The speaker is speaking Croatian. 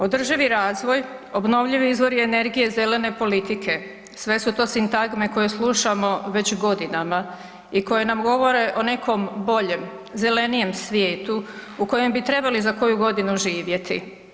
Održivi razvoj, obnovljivi izvori energije, zelene politike, sve su to sintagme koje slušamo već godinama i koje nam govore o nekom boljem zelenijem svijetu u kojem bi trebali za koju godinu živjeti.